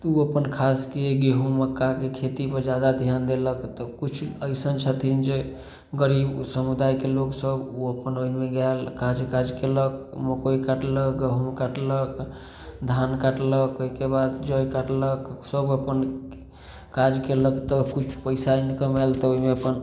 तऽ ओ अपन खासके गेहूँ मक्काके खेती पे जादा ध्यान देलक तऽ किछु अइसन छथिन जे गरीब समुदायके लोग सब ओ अपन ओहिमे गेल काज काज केलक मकइ काटलक गहूॅंम काटलक धान काटलक ओहिके बाद जै काटलक सब अपन काज केलक तऽ किछु पैसा इनकम आयल तऽ ओहिमे अपन